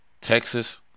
Texas